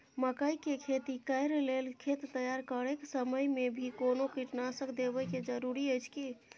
मकई के खेती कैर लेल खेत तैयार करैक समय मे भी कोनो कीटनासक देबै के जरूरी अछि की?